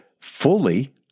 fully